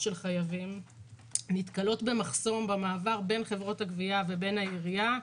של חייבים נתקלות במחסום במעבר בין חברות הגבייה ובין העירייה.